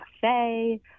cafe